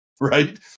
Right